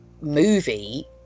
movie